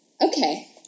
Okay